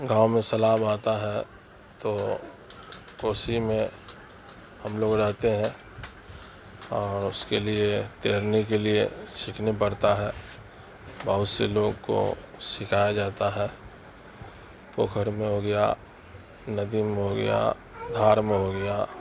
گاؤں میں سلاب آتا ہے تو کوسیی میں ہم لوگ رہتے ہیں اور اس کے لیے تیرنے کے لیے سیکھنی پڑتا ہے بہت سے لوگ کو سکھایا جاتا ہے پوکھر میں ہو گیا ندی میں ہو گیا دھار میں ہو گیا